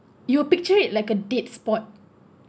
you will picture it like a date spot